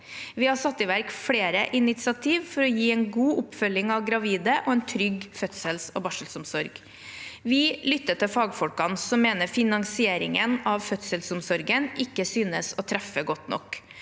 Vi har satt i verk flere initiativ for å gi en god oppfølging av gravide og en trygg fødsels- og barselomsorg. Vi lytter til fagfolkene som mener finansieringen av fødselsomsorgen ikke synes å treffe godt nok.